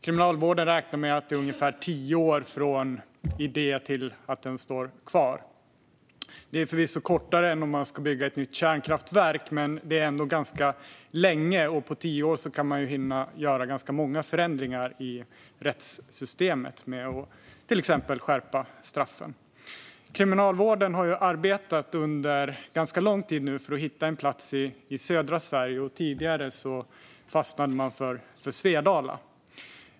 Kriminalvården räknar med att det tar ungefär tio år från idé till att anstalten står klar. Det är förvisso kortare tid än för att bygga ett nytt kärnkraftverk, men det är ändå ganska lång tid. På tio år kan man också hinna göra ganska många förändringar i rättssystemet, till exempel skärpa straffen. Kriminalvården har under ganska lång tid arbetat för att hitta en plats i södra Sverige. Tidigare fastnade man för Svedala.